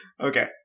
Okay